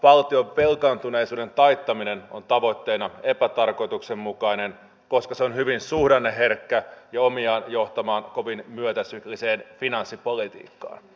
valtion velkaantuneisuuden taittaminen on tavoitteena epätarkoituksenmukainen koska se on hyvin suhdanneherkkä ja omiaan johtamaan kovin myötäsykliseen finanssipolitiikkaan